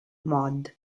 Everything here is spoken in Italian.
mod